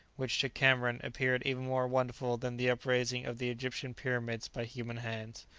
which to cameron appeared even more wonderful than the upraising of the egyptian pyramids by human hands.